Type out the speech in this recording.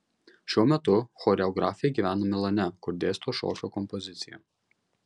šiuo metu choreografė gyvena milane kur dėsto šokio kompoziciją